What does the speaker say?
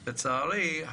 לצערי,